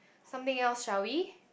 something else shall we